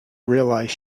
realized